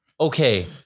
Okay